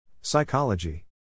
Psychology